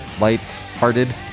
light-hearted